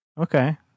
Okay